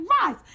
rise